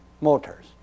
motors